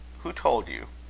who told you?